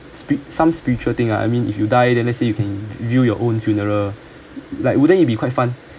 spirit some spiritual thing ah I mean if you died then let's say you can view your own funeral like wouldn't it be quite fun